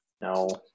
No